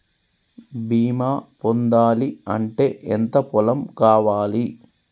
బీమా పొందాలి అంటే ఎంత పొలం కావాలి?